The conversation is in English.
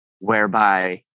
whereby